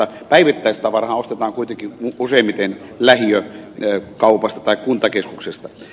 päivittäistavarahan ostetaan kuitenkin useimmiten lähiökaupasta tai kuntakeskuksesta